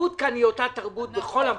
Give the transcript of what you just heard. התרבות כאן היא אותה תרבות בכל המקומות.